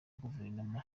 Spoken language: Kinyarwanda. guverinoma